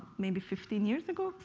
maybe fifteen years ago,